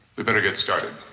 we better get started.